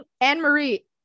Anne-Marie